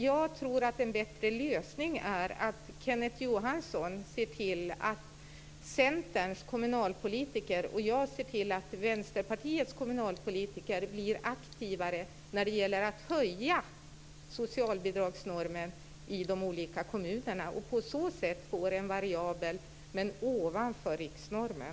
Jag tror att en bättre lösning är att Kenneth Johansson ser till att Centerns kommunalpolitiker och jag ser till att Vänsterpartiets kommunalpolitiker blir aktivare när det gäller att höja socialbidragsnormen i de olika kommunerna och på så sätt få den variabel men ovanför riksnormen.